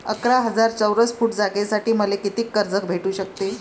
अकरा हजार चौरस फुट जागेसाठी मले कितीक कर्ज भेटू शकते?